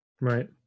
right